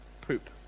poop